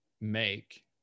make